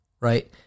right